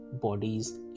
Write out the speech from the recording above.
bodies